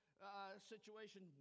Situation